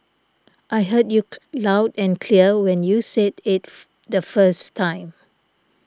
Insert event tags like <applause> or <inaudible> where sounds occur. I heard you cloud and clear when you said it <noise> the first time